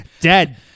Dead